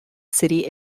city